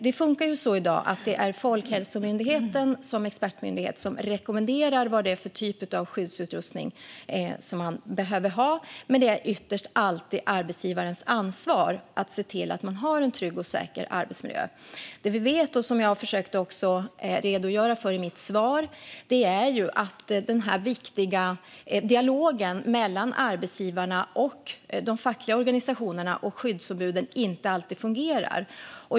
Det funkar så i dag att det är Folkhälsomyndigheten som expertmyndighet som rekommenderar den typ av skyddsutrustning som man behöver ha, men det är alltid ytterst arbetsgivarens ansvar att se till att arbetsmiljön är trygg och säker. Det vi vet, och som jag också försökte redogöra för i mitt svar, är att den viktiga dialogen mellan arbetsgivarna, de fackliga organisationerna och skyddsombuden inte alltid fungerar.